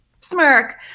smirk